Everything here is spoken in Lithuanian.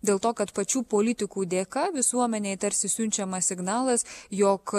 dėl to kad pačių politikų dėka visuomenei tarsi siunčiamas signalas jog